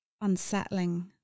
unsettling